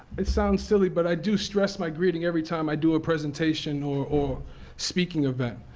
it sounds silly, but i do stress my greeting every time i do a presentation, or or speaking event.